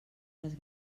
les